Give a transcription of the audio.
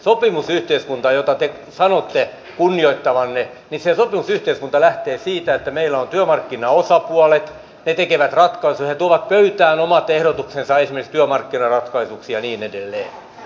sopimusyhteiskunta jota te sanotte kunnioittavanne lähtee siitä että meillä on työmarkkinaosapuolet ne tekevät ratkaisuja ne tuovat pöytään omat ehdotuksensa esimerkiksi työmarkkinaratkaisuksi ja niin edelleen